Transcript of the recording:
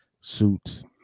suits